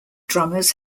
drummers